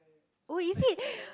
oh you played